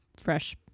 fresh